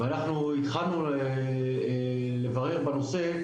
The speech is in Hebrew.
והתחלנו לברר בנושא,